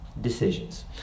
decisions